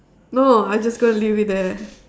no I just going to leave it there